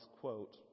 quote